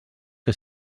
que